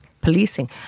policing